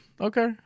Okay